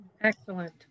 Excellent